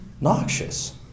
noxious